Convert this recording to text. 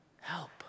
Help